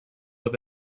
have